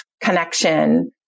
connection